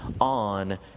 on